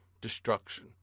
destruction